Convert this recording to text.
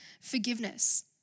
forgiveness